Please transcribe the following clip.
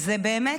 אלמוג